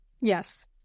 Yes